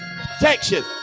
protection